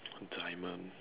don't die one